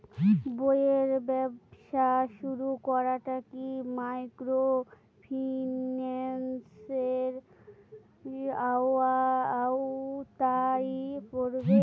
বইয়ের ব্যবসা শুরু করাটা কি মাইক্রোফিন্যান্সের আওতায় পড়বে?